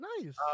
Nice